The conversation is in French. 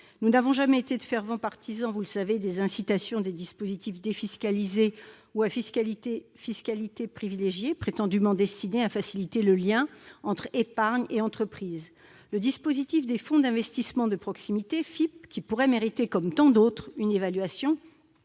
Nous n'avons jamais été de fervents partisans-vous le savez -des incitations aux dispositifs défiscalisés ou à fiscalité privilégiée, prétendument destinés à faciliter le lien entre épargne et entreprises. Le dispositif des fonds d'investissement de proximité, les FIP, qui pourrait mériter, comme tant d'autres, une évaluation,